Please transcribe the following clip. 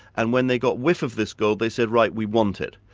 and when they got whiff of this gold, they said, right, we want it.